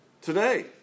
today